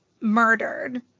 murdered